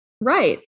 right